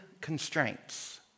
constraints